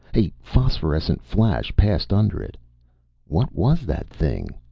a phosphorescent flash passed under it. what was that thing.